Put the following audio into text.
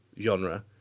genre